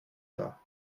pas